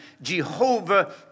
Jehovah